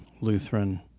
Lutheran